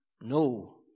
No